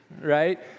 right